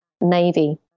Navy